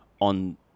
on